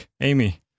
Amy